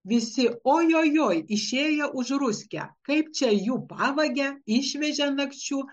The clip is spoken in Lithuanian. visi oi oi oi išėjo už ruske kaip čia jų pavage išvežė nakčiu